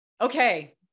Okay